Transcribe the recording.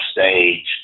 stage